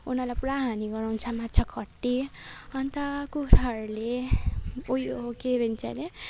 उनीहरूलाई पुरा हानी गराउँछ माछाको हड्डी अनि त कुखुराहरूले ऊ यो के भन्छ अरे